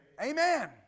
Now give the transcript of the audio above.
Amen